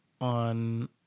on